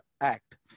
Act